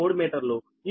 3 మీటర్లు